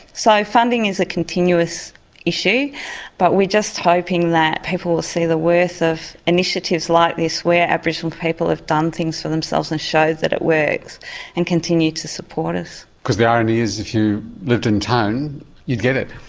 so funding is a continuous issue but we are just hoping that people will see the worth of initiatives like this where aboriginal people have done things for themselves and showed that it works and continue to support us. because the irony is if you lived in town you'd get it.